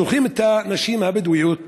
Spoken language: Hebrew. שולחים את הנשים הבדואיות